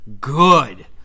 good